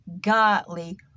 godly